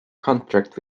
contract